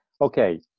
Okay